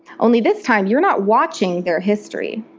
only this time you're not watching their history,